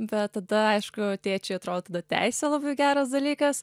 bet tada aišku tėčiui atrodo tada teisė labai geras dalykas